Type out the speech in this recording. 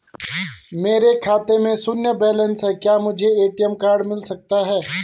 मेरे खाते में शून्य बैलेंस है क्या मुझे ए.टी.एम कार्ड मिल सकता है?